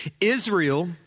Israel